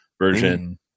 version